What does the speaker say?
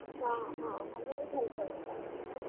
ହଁ ହଁ ଭଲରେ ଭଲ ଚାଉମିନ୍ ବା